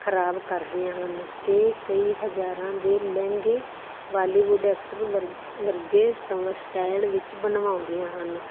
ਖ਼ਰਾਬ ਕਰਦੀਆਂ ਹਨ ਅਤੇ ਕਈ ਹਜ਼ਾਰਾਂ ਦੇ ਲਹਿੰਗੇ ਬਾਲੀਵੁੱਡ ਐਕਟਰ ਵਰਗ ਵਰਗੇ ਸਵ ਸਟੈਲ ਵਿੱਚ ਬਣਵਾਉਂਦੀਆਂ ਹਨ